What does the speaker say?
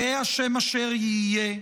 יהא השם אשר יהיה,